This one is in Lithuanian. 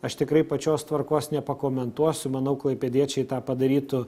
aš tikrai pačios tvarkos nepakomentuosiu manau klaipėdiečiai tą padarytų